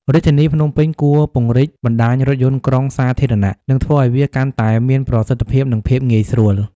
រាជធានីភ្នំពេញគួរពង្រីកបណ្តាញរថយន្តក្រុងសាធារណៈ និងធ្វើឱ្យវាកាន់តែមានប្រសិទ្ធភាព និងភាពងាយស្រួល។